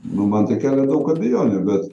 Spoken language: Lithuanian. nu man tai kelia daug abejonių bet